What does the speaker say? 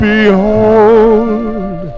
Behold